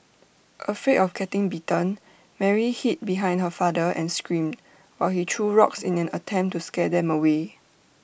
afraid of getting bitten Mary hid behind her father and screamed while he threw rocks in an attempt to scare them away